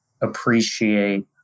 appreciate